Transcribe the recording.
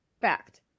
Fact